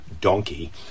donkey